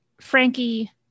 Frankie